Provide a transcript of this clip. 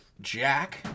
Jack